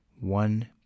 One